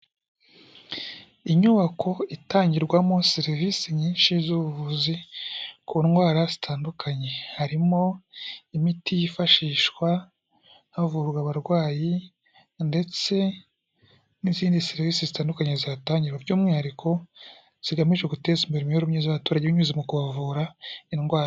Inyubako itangirwamo serivisi nyinshi z'ubuvuzi ku ndwara zitandukanye. Harimo imiti yifashishwa havurwa abarwayi, ndetse n'izindi serivisi zitandukanye zihatangirwa, by'umwihariko zigamije guteza imbere imibereho myiza y'abaturage, binyuze mu kubavura indwara.